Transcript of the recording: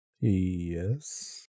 Yes